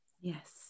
Yes